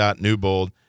newbold